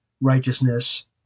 righteousness